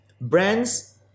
brands